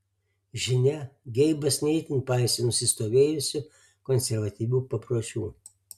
žinia geibas ne itin paisė nusistovėjusių konservatyvių papročių